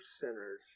sinners